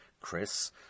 chris